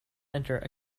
enter